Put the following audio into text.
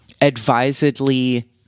advisedly